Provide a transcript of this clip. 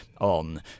on